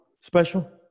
special